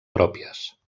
pròpies